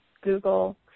Google